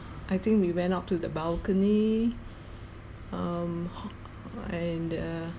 I think we went up to the balcony um and er